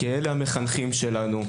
כי אלה המחנכים שלנו,